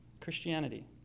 Christianity